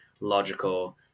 logical